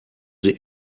sie